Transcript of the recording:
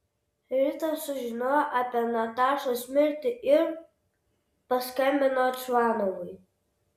rita sužinojo apie natašos mirtį ir paskambino čvanovui